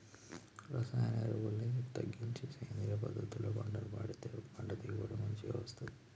రసాయన ఎరువుల్ని తగ్గించి సేంద్రియ పద్ధతుల్లో పంటను కాపాడితే పంట దిగుబడి మంచిగ వస్తంది